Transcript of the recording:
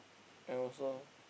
and also